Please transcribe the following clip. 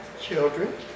children